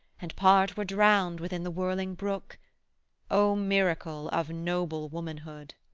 and part were drowned within the whirling brook o miracle of noble womanhood